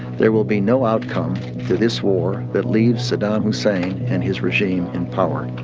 there will be no outcome to this war that leaves saddam hussein and his regime in power.